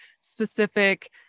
specific